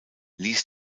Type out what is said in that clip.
ließ